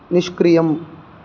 निष्क्रियम्